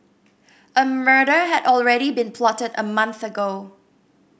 a murder had already been plotted a month ago